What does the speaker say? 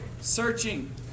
Searching